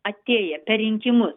atėję per rinkimus